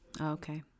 Okay